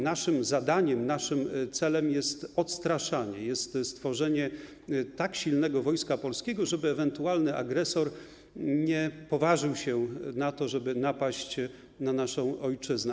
Naszym zadaniem, naszym celem jest odstraszanie, jest stworzenie tak silnego Wojska Polskiego, żeby ewentualny agresor nie poważył się na to, żeby napaść na naszą ojczyznę.